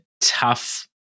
tough